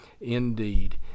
indeed